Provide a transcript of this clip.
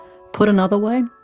put another way,